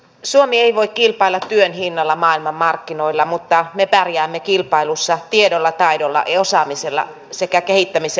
suomi ei voi kilpailla työn hinnalla maailmanmarkkinoilla mutta me pärjäämme kilpailussa tiedolla taidolla ja osaamisella sekä kehittämis ja innovaatiotoiminnalla